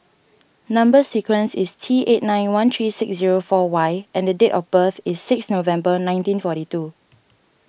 Number Sequence is T eight nine one three six zero four Y and the date of birth is six November nineteen forty two